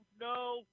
no